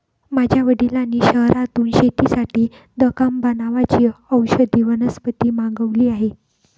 माझ्या वडिलांनी शहरातून शेतीसाठी दकांबा नावाची औषधी वनस्पती मागवली आहे